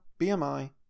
BMI